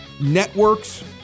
networks